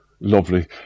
Lovely